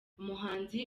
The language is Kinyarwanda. umuhanzi